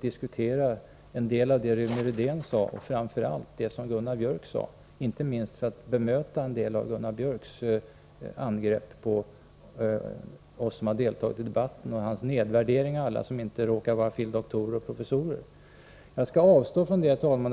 diskutera en del av det som Rune Rydén men framför allt det som Gunnar Biörck i Värmdö sade —-inte minst för att bemöta Gunnar Biörcks angrepp på oss som har deltagit i debatten och hans nedvärdering av alla som inte råkar vara filosofie doktorer och professorer — men jag skall avstå från att göra det.